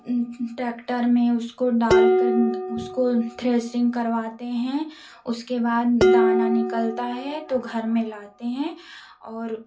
tractor में उसको डाल कर उसको थ्रेसरिंग करवाते हैं उसके बाद दाना निकलता है तो घर में लाते हैं और